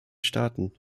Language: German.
staaten